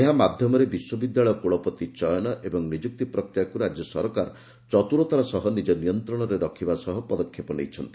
ଏହା ମାଧ୍ୟମରେ ବିଶ୍ୱବିଦ୍ୟାଳୟ କୁଳପତି ଚୟନ ଏବଂ ନିଯୁକ୍ତି ପ୍ରକ୍ରିୟାକୁ ରାଜ୍ୟ ସରକାର ଚତୁରତାର ସହ ନିଜ ନିୟନ୍ତ୍ରଣରେ ରଖିବା ସହ ପଦକ୍ଷେପ ନେଇଛନ୍ତି